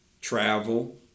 travel